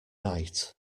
night